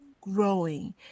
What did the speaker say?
growing